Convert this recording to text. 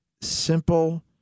simple